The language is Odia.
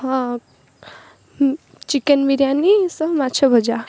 ହଁ ହୁଁ ଚିକେନ୍ ବିରିୟାନୀ ସହ ମାଛ ଭଜା